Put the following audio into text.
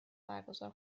برگزار